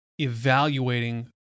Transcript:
evaluating